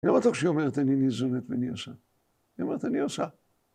‫לא בטוח שהיא אומרת, ‫אני ניזונת ואני עושה. ‫היא אומרת, אני עושה.